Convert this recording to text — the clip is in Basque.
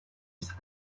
izan